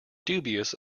dubious